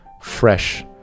fresh